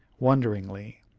wonderingly,